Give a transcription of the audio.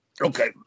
Okay